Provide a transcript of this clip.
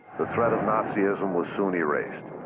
the threat of nazism was soon erased.